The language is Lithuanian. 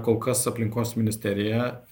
kol kas aplinkos ministerija